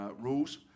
rules